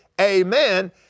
Amen